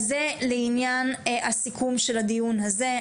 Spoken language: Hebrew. אז זה לעניין הסיכום של הדיון הזה,